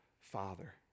Father